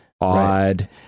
odd